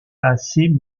assez